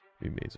Amazing